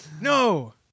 No